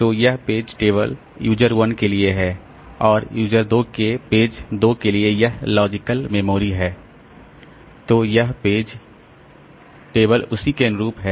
तो यह page table user 1 के लिए है और यूज़र 2 के पेज 2 के लिए यह लॉजिकल मेमोरी है तो यह पेज टेबल उसी के अनुरूप है